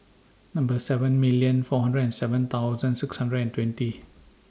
Number seven million four hundred and seven thousand six hundred and twenty